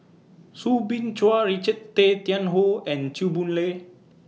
Soo Bin Chua Richard Tay Tian Hoe and Chew Boon Lay